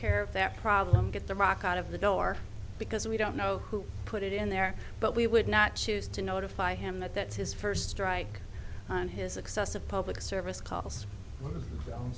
care of that problem get the rock out of the door because we don't know who put it in there but we would not choose to notify him that that's his first strike on his excessive public service calls